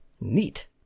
Neat